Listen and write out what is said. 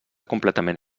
completament